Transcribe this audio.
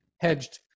hedged